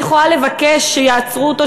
אני יכולה לבקש שיעצרו אותו,